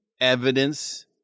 evidence